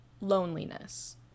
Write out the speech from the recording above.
loneliness